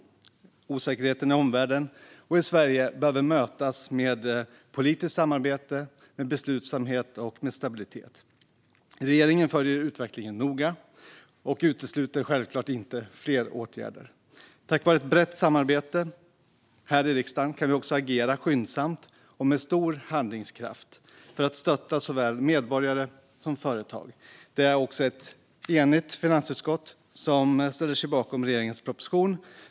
Osäkerheten i omvärlden och i Sverige behöver mötas med politiskt samarbete, med beslutsamhet och med stabilitet. Regeringen följer utvecklingen noga och utesluter självklart inte fler åtgärder. Tack vare ett brett samarbete här i riksdagen kan vi agera skyndsamt och med stor handlingskraft för att stötta såväl medborgare som företag. Det är ett enigt finansutskott som ställer sig bakom regeringens proposition.